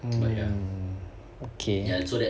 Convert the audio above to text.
oh okay